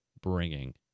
bringing